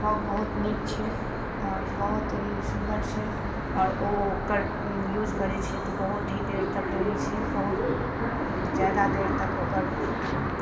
fog बहुत नीक छै आओर बहुत ही सुन्दर छै आओर ओ ओकर यूज करै छिए तऽ बहुत ही देर तक रहै छै बहुत जादा देर तक ओकर